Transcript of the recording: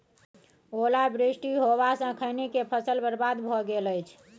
ओला वृष्टी होबा स खैनी के फसल बर्बाद भ गेल अछि?